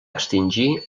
extingir